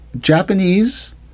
Japanese